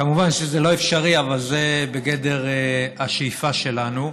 כמובן, זה לא אפשרי, אבל זה בגדר השאיפה שלנו.